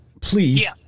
please